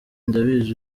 ndabizi